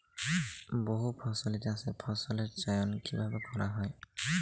বহুফসলী চাষে ফসলের চয়ন কীভাবে করা হয়?